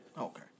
Okay